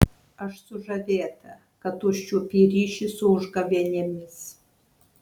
aš sužavėta kad užčiuopei ryšį su užgavėnėmis